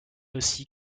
aussi